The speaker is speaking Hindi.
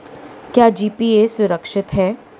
क्या जी.पी.ए सुरक्षित है?